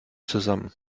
zusammen